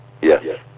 Yes